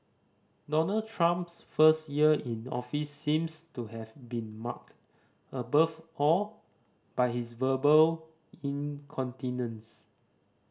Donald Trump's first year in office seems to have been marked above all by his verbal incontinence